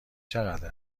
چقدر